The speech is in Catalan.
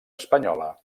espanyola